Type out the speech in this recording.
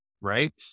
Right